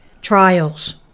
trials